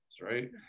right